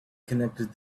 connected